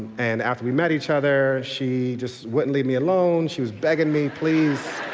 and after we met each other, she just wouldn't leave me alone, she was begging me, please,